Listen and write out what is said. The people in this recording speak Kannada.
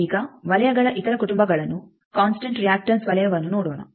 ಈಗ ವಲಯಗಳ ಇತರ ಕುಟುಂಬಗಳನ್ನು ಕನ್ಸ್ಟಂಟ್ ರಿಯಾಕ್ಟನ್ಸ್ ವಲಯವನ್ನು ನೋಡೋಣ